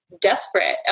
desperate